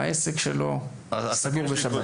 העסק שלו סגור בשבת.